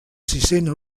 sisena